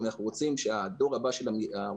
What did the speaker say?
אם אנחנו רוצים שהדור הבא של הרופאים